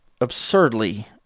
absurdly